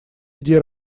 иди